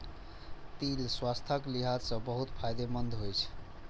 तिल स्वास्थ्यक लिहाज सं बहुत फायदेमंद होइ छै